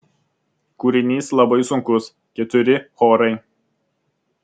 kūrinys labai sunkus keturi chorai